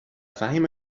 فهیمه